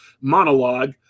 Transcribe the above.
monologue